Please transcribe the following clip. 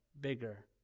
bigger